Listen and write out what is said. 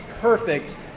perfect